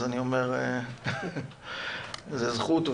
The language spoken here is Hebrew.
אז אני אומר שזו זכות.